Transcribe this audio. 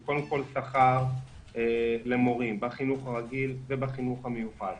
זה קודם כל שכר למורים בחינוך הרגיל ובחינוך המיוחד,